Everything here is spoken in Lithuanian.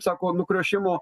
sako nukriošimo